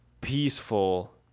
peaceful